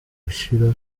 gushira